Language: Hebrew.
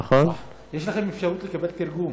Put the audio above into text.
נכון?) יש לכם אפשרות לקבל תרגום.